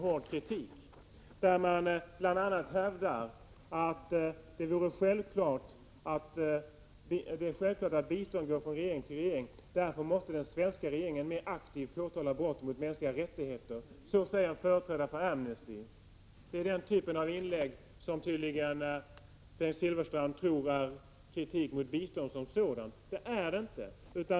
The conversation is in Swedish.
Enligt artikeln säger företrädare för Amnesty International bl.a. att det är självklart att bistånd går från regering till regering, och därför måste den svenska regeringen mer aktivt påtala brott mot mänskliga rättigheter. Det är denna typ av inlägg som Bengt Silfverstrand tydligen tror är en kritik mot bistånd som sådant. Det är det inte.